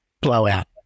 blowout